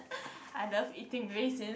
I love eating raisin